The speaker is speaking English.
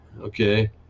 okay